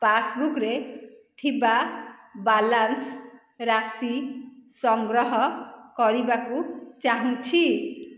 ପାସ୍ବୁକ୍ରେ ଥିବା ବାଲାନ୍ସ ରାଶି ସଂଗ୍ରହ କରିବାକୁ ଚାହୁଁଛି